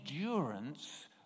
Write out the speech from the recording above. endurance